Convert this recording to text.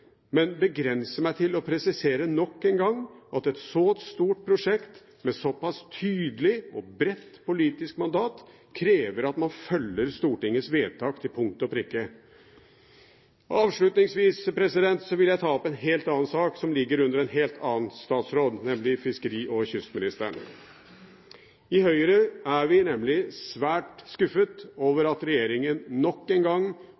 men begrense meg til å presisere nok en gang at et så stort prosjekt med såpass tydelig og bredt politisk mandat krever at man følger Stortingets vedtak til punkt og prikke. Avslutningsvis vil jeg ta opp en helt annen sak, som ligger under en helt annen statsråd, nemlig fiskeri- og kystministeren. I Høyre er vi nemlig svært skuffet over at regjeringen nok en gang